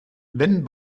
wenn